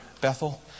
Bethel